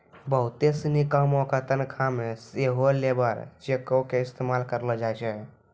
बहुते सिनी कामो के तनखा मे सेहो लेबर चेको के इस्तेमाल करलो जाय छै